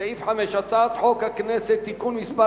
סעיף 5: הצעת חוק הכנסת (תיקון מס'